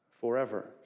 forever